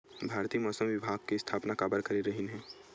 भारती मौसम विज्ञान के स्थापना काबर करे रहीन है?